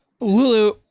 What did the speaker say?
Lulu